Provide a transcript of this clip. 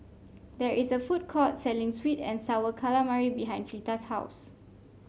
there is a food court selling sweet and sour calamari behind Fleeta's house